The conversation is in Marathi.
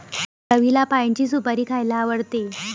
रवीला पाइनची सुपारी खायला आवडते